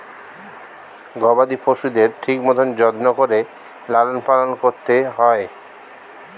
গবাদি পশুদের ঠিক মতন যত্ন করে লালন পালন করতে হয়